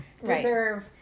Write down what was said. deserve